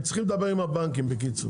הם צריכים לדבר עם הבנקים, בקיצור.